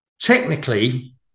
technically